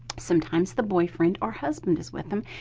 sometimes the boyfriend or husband is with them,